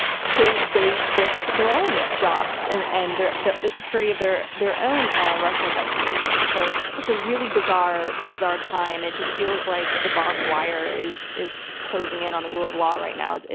they they risk their own jobs, and and the the security of their their own russia investigation. so it's a really bizarre bizarre time, it just feels like the barbed wire is is closing in on the rule of law right now.